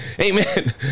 Amen